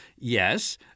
Yes